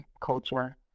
culture